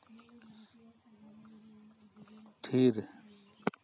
ᱛᱷᱤᱨ